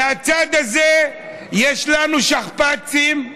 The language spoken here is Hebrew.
מהצד הזה יש לנו שכפ"צים,